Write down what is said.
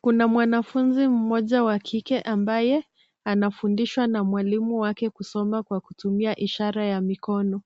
Kuna mwanafunzi mmoja wa kike ambaye anafundishwa na mwalimu wake kusoma kwa kutumia ishara ya mikono.